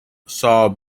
saw